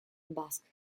basque